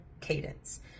cadence